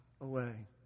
away